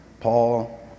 Paul